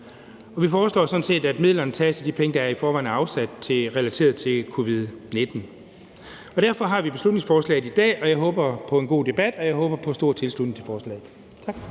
sådan set, at midlerne tages af de penge, der i forvejen er relateret til covid-19. Derfor har vi beslutningsforslaget i dag, og jeg håber på en god debat, og jeg håber på en stor tilslutning til forslaget.